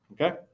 Okay